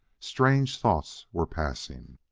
strange thoughts were passing.